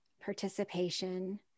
participation